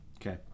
Okay